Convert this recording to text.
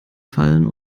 fallen